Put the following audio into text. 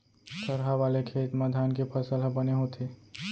थरहा वाले खेत म धान के फसल ह बने होथे